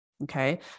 Okay